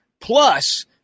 plus